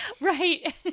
right